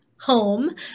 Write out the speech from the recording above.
home